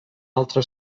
altre